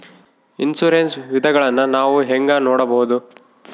Insurance ವಿಧಗಳನ್ನ ನಾನು ಹೆಂಗ ನೋಡಬಹುದು?